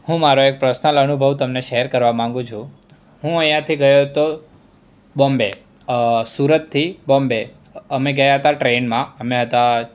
હું મારો એક પ્રસનલ અનુભવ તમને શેર કરવા માંગુ છું હું અહીંયાથી ગયો હતો બોમ્બે સુરતથી બોમ્બે અમે ગયાં હતાં ટ્રેનમાં અમે હતાં